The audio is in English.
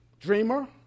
Dreamer